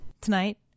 Tonight